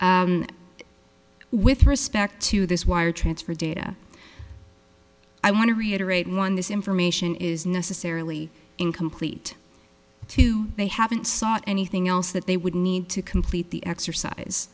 with respect to this wire transfer data i want to reiterate one this information is necessarily incomplete they haven't sought anything else that they would need to complete the exercise